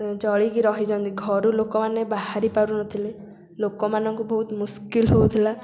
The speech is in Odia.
ଚଳିକି ରହିଛନ୍ତି ଘରୁ ଲୋକମାନେ ବାହାରି ପାରୁ ନଥିଲେ ଲୋକମାନଙ୍କୁ ବହୁତ ମୁସ୍କିଲ ହେଉଥିଲା